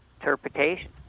interpretation